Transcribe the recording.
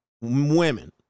Women